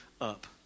up